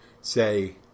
say